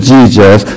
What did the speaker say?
Jesus